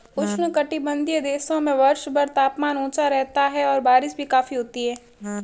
उष्णकटिबंधीय देशों में वर्षभर तापमान ऊंचा रहता है और बारिश भी काफी होती है